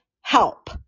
help